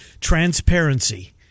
transparency